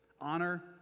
Honor